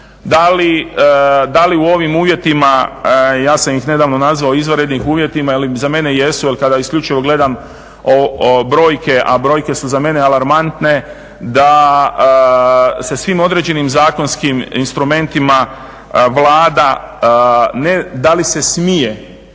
da li u ovim uvjetima ja sam ih nedavno nazvao izvanrednim uvjetima jer za mene jesu. Jer kada isključivo gledam brojke, a brojke su za mene alarmantne da se svim određenim zakonskim instrumentima Vlada ne da li se smije